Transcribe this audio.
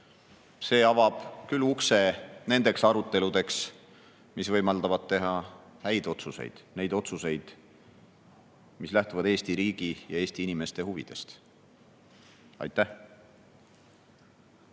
see avab küll ukse nendeks aruteludeks, mis võimaldavad teha häid otsuseid, neid otsuseid, mis lähtuvad Eesti riigi ja Eesti inimeste huvidest. Aitäh!